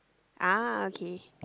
ah okay